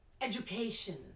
education